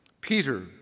Peter